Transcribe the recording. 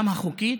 גם החוקית